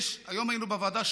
היום היינו בוועדה,